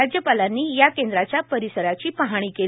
राज्यपालांनी या केंद्राच्या परिसराची पाहणी केली